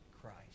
Christ